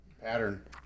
Pattern